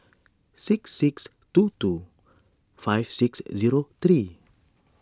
six six two two five six zero three